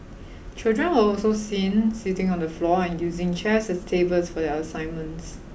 children were also seen sitting on the floor and using chairs as tables for their assignments